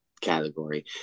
category